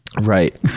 Right